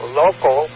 local